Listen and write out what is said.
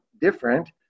different